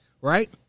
Right